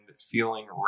feeling